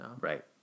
Right